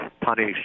punish